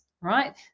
right